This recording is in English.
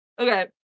Okay